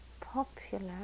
popular